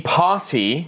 party